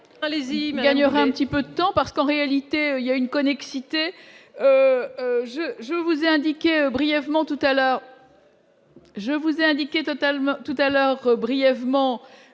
images gagnerait un petit peu de temps parce qu'en réalité il y a une connexité je je vous ai indiqué brièvement tout à l'heure. Je vous ai indiqué totalement tout-à-l'heure brièvement